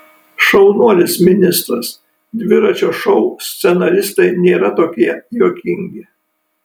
šaunuolis ministras dviračio šou scenaristai nėra tokie juokingi